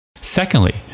Secondly